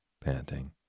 panting